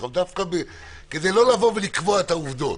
דווקא כדי לא לקבוע את העובדות.